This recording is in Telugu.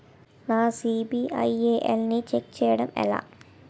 నా సిబిఐఎల్ ని ఛెక్ చేయడం ఎలా?